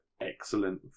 excellent